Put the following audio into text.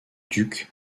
ducs